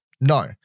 no